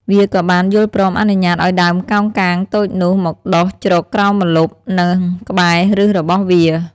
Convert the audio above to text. វាក៏បានយល់ព្រមអនុញ្ញាតឲ្យដើមកោងកាងតូចនោះមកដុះជ្រកក្រោមម្លប់និងក្បែរប្ញសរបស់វា។